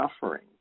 suffering